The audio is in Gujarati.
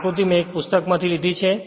આ આકૃતિ મેં એક પુસ્તકમાંથી લીધી છે